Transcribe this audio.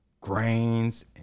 grains